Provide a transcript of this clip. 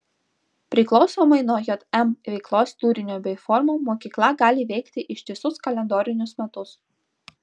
priklausomai nuo jm veiklos turinio bei formų mokykla gali veikti ištisus kalendorinius metus